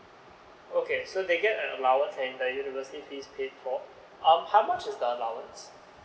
okay so they get an allowance and the university fee paid for um how much is the allowance